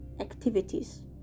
activities